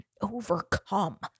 overcome